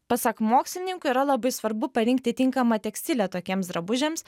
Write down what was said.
pasak mokslininkų yra labai svarbu parinkti tinkamą tekstilę tokiems drabužiams